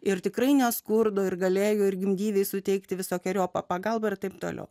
ir tikrai neskurdo ir galėjo ir gimdyvei suteikti visokeriopą pagalbą ir taip toliau